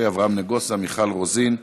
אברהם נגוסה, מיכל רוזין,